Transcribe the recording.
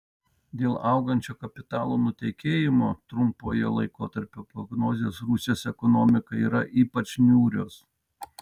dėl augančio kapitalo nutekėjimo trumpojo laikotarpio prognozės rusijos ekonomikai yra ypač niūrios